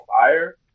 fire